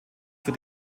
für